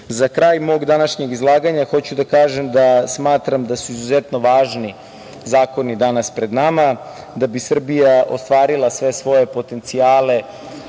kraj mog današnjeg izlaganja hoću da kažem da smatram da su izuzetno važni zakoni danas pred nama da bi Srbija ostvarila sve svoje potencijale